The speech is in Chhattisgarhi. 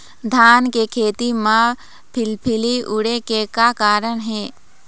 धान के खेती म फिलफिली उड़े के का कारण हे?